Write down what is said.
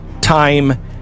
time